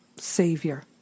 Savior